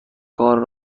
کارم